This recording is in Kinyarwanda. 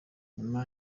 nyuma